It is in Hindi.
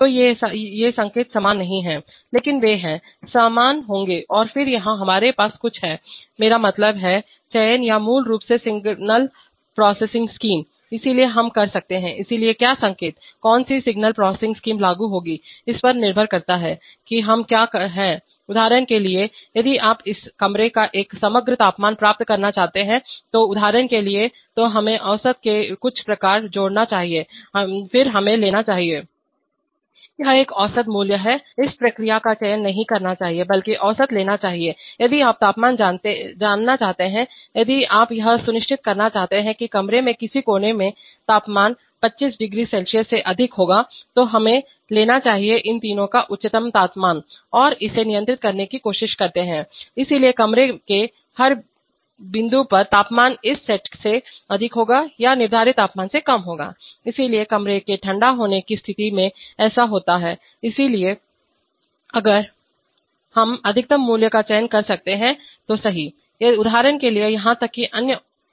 तो ये संकेत समान नहीं हैं लेकिन वे हैं समान होंगे और फिर यहां हमारे पास कुछ हैं मेरा मतलब है चयन या मूल रूप से सिग्नल प्रोसेसिंग स्कीम इसलिए हम कर सकते हैं इसलिए क्या संकेत कौन सी सिग्नल प्रोसेसिंग स्कीम लागू होगी इस पर निर्भर करता है कि हम क्या हैं उदाहरण के लिए यदि आप इस कमरे का एक समग्र तापमान प्राप्त करना चाहते हैं तो उदाहरण के लिए तो हमें औसत के कुछ प्रकार जोड़ना चाहिए फिर हमें लेना चाहिए यह एक औसत मूल्य है इस प्रक्रिया का चयन नहीं करना चाहिए बल्कि औसत लेना चाहिए यदि आप जानना चाहते हैं यदि आप यह सुनिश्चित करना चाहते हैं कि कमरे के किसी कोने में तापमान 250C से अधिक होगा तो हमें लेना चाहिए इन तीनों का उच्चतम तापमान और इसे नियंत्रित करने की कोशिश करते हैं इसलिए कमरे के हर बिंदु पर तापमान इस सेट से अधिक होगा या निर्धारित तापमान से कम होगा इसलिए कमरे के ठंडा होने की स्थिति में ऐसा ही होता है इसलिए इसमें अगर हम अधिकतम मूल्य का चयन कर सकते हैं तो सही उदाहरण के लिए यहां तक कि अन्य अनुप्रयोग भी हैं